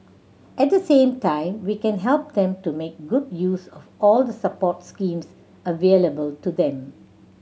at the same time we can help them to make good use of all the support schemes available to them